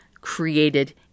created